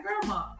grandma